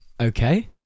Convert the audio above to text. Okay